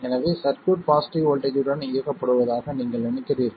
எனவே circuit positive voltage உடன் இயக்கப்படுவதாக நீங்கள் நினைக்கிறீர்கள்